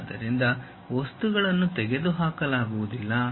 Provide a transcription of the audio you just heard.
ಆದ್ದರಿಂದ ವಸ್ತುಗಳನ್ನು ತೆಗೆದುಹಾಕಲಾಗುವುದಿಲ್ಲ